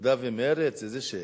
עבודה ומרצ, איזו שאלה.